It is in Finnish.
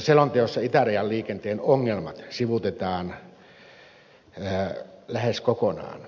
selonteossa itärajan liikenteen ongelmat sivuutetaan lähes kokonaan